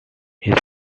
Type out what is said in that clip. his